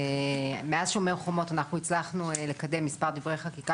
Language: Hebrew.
"שומר החומות" אנחנו הצלחנו לקדם מספר דברי חקיקה